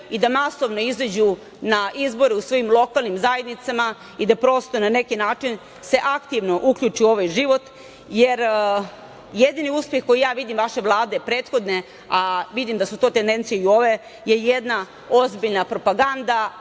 i da masovno izađu na izbore u svojim lokalnim zajednicama i da prosto na neki način se aktivno uključe u ovaj život, jer jedini uspeh koji ja vidim vaše Vlade prethodne, a vidim da su to tendencije i ove, je jedna ozbiljna propaganda,